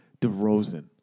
DeRozan